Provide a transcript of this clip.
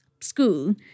school